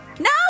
No